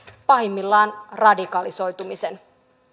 pahimmillaan radikalisoitumisen